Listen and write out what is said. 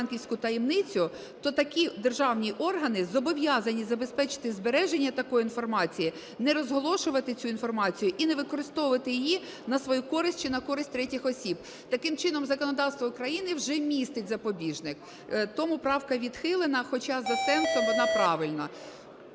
банківську таємницю, то такі державні органи зобов'язані забезпечити збереження такої інформації, не розголошувати цю інформацію і не використовувати її на свою користь чи на користь третіх осіб. Таким чином, законодавством України вже містить запобіжник, тому правка відхилена, хоча за сенсом вона правильна.